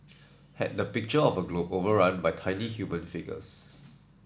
had the picture of a globe overrun by tiny human figures